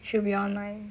should we online